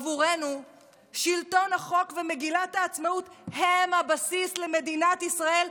עבורנו שלטון החוק ומגילת העצמאות הם הבסיס למדינת ישראל,